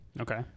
Okay